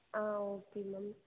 ah okay ma'am